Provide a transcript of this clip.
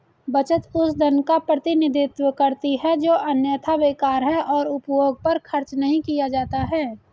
बचत उस धन का प्रतिनिधित्व करती है जो अन्यथा बेकार है और उपभोग पर खर्च नहीं किया जाता है